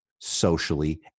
socially